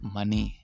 Money